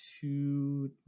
Two